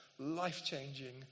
life-changing